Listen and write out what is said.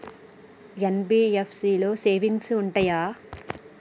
NBFC లో savings ఉంటయా?